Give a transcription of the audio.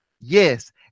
Yes